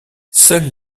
seules